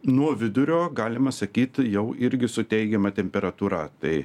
nuo vidurio galima sakyt jau irgi su teigiama temperatūra tai